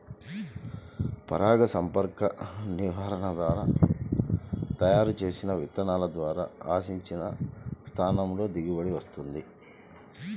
పరాగసంపర్క నిర్వహణ ద్వారా తయారు చేసిన విత్తనాల ద్వారా ఆశించిన స్థాయిలో దిగుబడి వస్తుంది